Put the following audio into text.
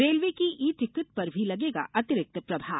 railway की e ticket पर भी लगेगा अतिरिक्त प्रभार